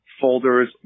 Folders